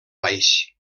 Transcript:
baix